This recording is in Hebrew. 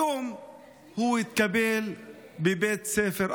היום הוא התקבל לבית ספר אחר.